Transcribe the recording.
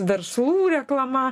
verslų reklama